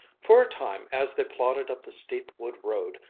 for a time as they plodded up the steep wood-road,